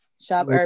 Shop